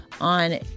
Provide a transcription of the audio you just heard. on